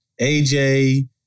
AJ